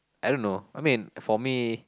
I don't know I mean for me